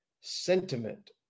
sentiment